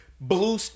blue